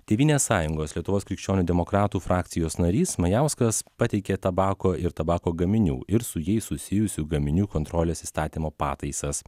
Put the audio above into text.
tėvynės sąjungos lietuvos krikščionių demokratų frakcijos narys majauskas pateikė tabako ir tabako gaminių ir su jais susijusių gaminių kontrolės įstatymo pataisas